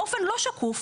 באופן לא שקוף,